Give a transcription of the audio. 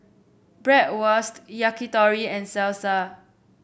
Bratwurst Yakitori and Salsa